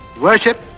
worship